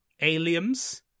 aliens